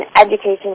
education